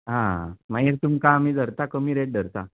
हां मागीर तुमकां आमी धरतां कमी रेट धरतां